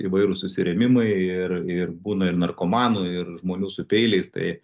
įvairūs susirėmimai ir ir būna ir narkomanų ir žmonių su peiliais tai